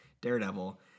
Daredevil